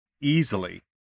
easily